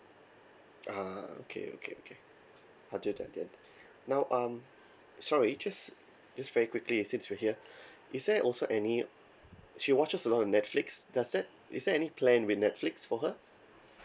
ah okay okay okay now um sorry just just very quickly since we're here is there also any she watches a lot on netflix does that is there any plan with netflix for her